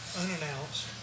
unannounced